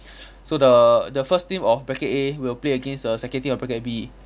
so the the first team of bracket A will play against the second team of bracket B